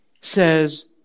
says